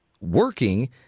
working